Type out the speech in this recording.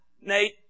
Nate